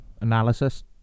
analysis